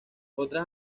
otras